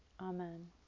Amen